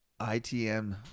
ITM